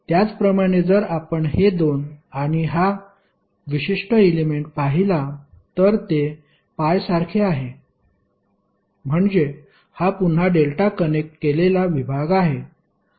त्याचप्रमाणे जर आपण हे 2 आणि हा विशिष्ट एलेमेंट पाहिला तर ते पायसारखे आहे म्हणजे हा पुन्हा डेल्टा कनेक्ट केलेला विभाग आहे